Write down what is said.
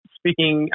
speaking